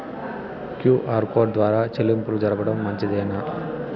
QR code ద్వారా చెల్లింపులు జరపడం మంచిదేనా?